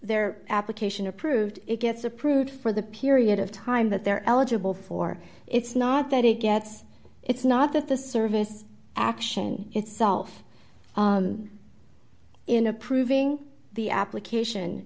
their application approved it gets approved for the period of time that they're eligible for it's not that it gets it's not that the service action itself in approving the application